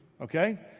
Okay